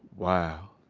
wow.